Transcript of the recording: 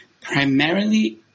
primarily